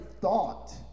thought